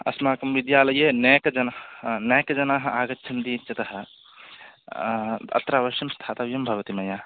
अस्माकं विद्यालये नेक् जनः नेक् जनाः आगच्छन्ति इत्यतः अत्र अवश्यं स्थातव्यं भवति मया